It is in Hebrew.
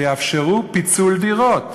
שיאפשרו פיצול דירות.